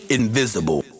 invisible